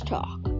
Talk